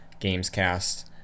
Gamescast